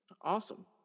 Awesome